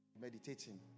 meditating